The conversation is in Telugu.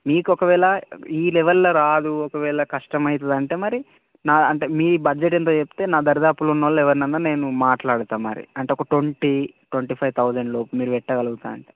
నీకు ఒకవేళ ఈ లెవెల్లో రాదు ఒకవేళ కష్టం అవుతుంది అంటే మరి నాది అంటే మీ బడ్జెట్ ఏంతో చెప్తే నా దరిదాపుల్లో ఉన్నోళ్ళని ఎవరినన్నా నేను మాట్లాడతా మరి అంటే ఒక ట్వంటీ ట్వంటీ ఫైవ్ తౌజండ్ లోపు మీరు పెట్టగలుగుతా అంటే